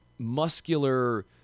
Muscular